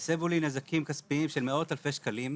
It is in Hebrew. הסבו לי נזקים כספיים של מאות אלפי שקלים,